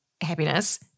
happiness